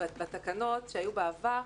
אז זהו, בתקנות שהיו בעבר,